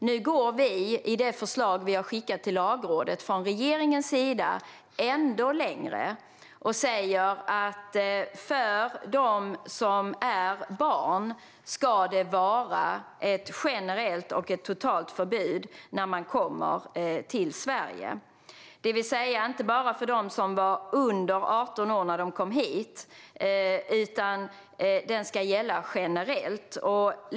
I det förslag vi från regeringens sida har skickat till Lagrådet går vi ännu längre och säger att det ska vara ett generellt och totalt förbud för dem som är barn när de kommer till Sverige. Det innebär att det inte bara gäller dem som var under 18 år när de kom hit, utan lagen ska gälla generellt.